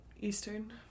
Eastern